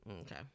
Okay